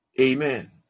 Amen